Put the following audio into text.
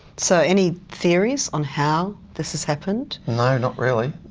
so any theories on how this has happened? no, not really,